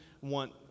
want